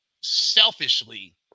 selfishly